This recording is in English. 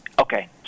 Okay